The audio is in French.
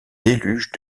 déluge